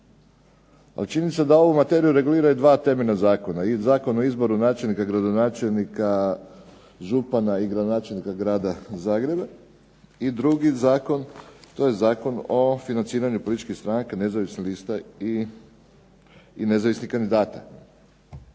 Ali čini mi se da ovu materiju reguliraju dva temeljna zakona. I Zakon o izboru načelnika, gradonačelnika, župana i gradonačelnika grada Zagreba i drugi zakon to je Zakon o financiranju političkih stranaka nezavisne liste i nezavisnih kandidata.